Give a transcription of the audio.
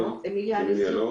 וילנסקי.